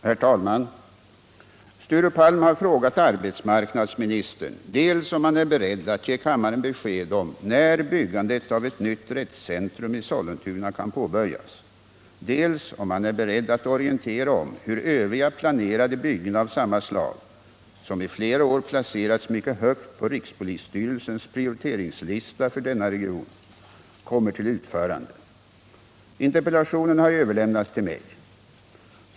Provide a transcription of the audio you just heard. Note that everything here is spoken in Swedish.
Herr talman! Sture Palm har frågat arbetsmarknadsministern dels om han är beredd att ge kammaren besked om när byggandet av ett nytt rättscentrum i Sollentuna kan påbörjas, dels om han är beredd att orientera om hur övriga planerade byggen av samma slag — som i flera år placerats mycket högt på rikspolisstyrelsens prioriteringslista för denna region - kommer till utförande. Interpellationen har överlämnats till mig för besvarande.